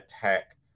tech